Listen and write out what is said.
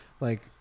like-